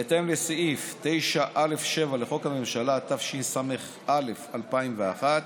בהתאם לסעיף 9(א)(7) לחוק הממשלה, התשס"א 2001,